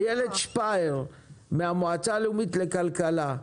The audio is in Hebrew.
איילת שפייר מהמועצה הלאומית לכלכלה.